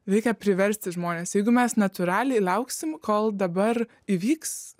reikia priversti žmones jeigu mes natūraliai lauksim kol dabar įvyks